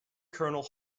colonel